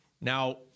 now